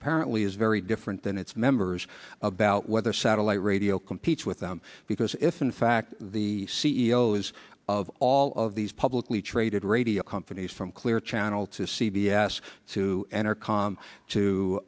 apparently is very different than its members about whether satellite radio competes with them because if in fact the c e o s of all of these publicly traded radio companies from clear channel to c b s to enter com to